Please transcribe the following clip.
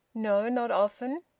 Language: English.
no. not often.